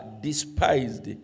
despised